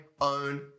own